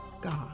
God